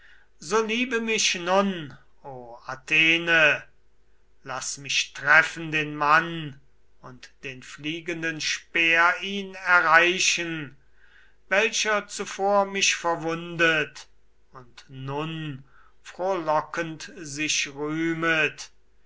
so liebe mich nun o athene laß mich treffen den mann und den fliegenden speer ihn erreichen welcher zuvor mich verwundet und nun frohlockend sich rühmet